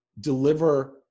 deliver